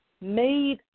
made